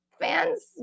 fans